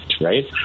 right